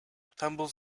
tumbles